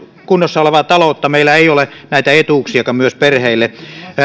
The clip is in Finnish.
kunnossa olevaa taloutta meillä ei myöskään ole näitä etuuksia perheille